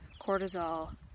cortisol